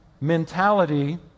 mentality